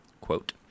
quote